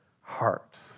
hearts